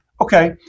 okay